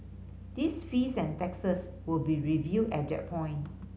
these fees and taxes will be reviewed at that point